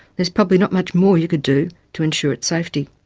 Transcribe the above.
there's probably not much more you could do to ensure its safety.